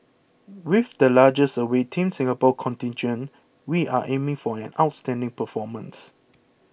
with the largest away Team Singapore contingent we are aiming for an outstanding performance